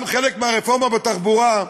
גם חלק מהרפורמה בתחבורה,